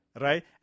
right